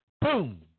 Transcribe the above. Boom